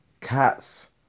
cats